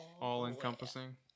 all-encompassing